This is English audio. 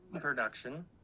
production